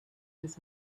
his